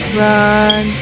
run